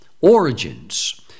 origins